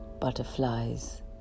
Butterflies